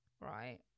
right